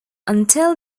until